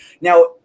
Now